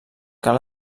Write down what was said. cal